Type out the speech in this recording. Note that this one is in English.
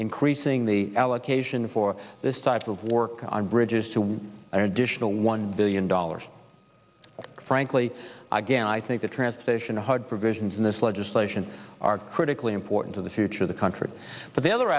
increasing the allocation for this type of work on bridges to an additional one billion dollars frankly i get i think the transportation hud provisions in this legislation are critically important to the future of the country but the other